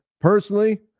Personally